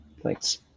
Thanks